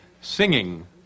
singing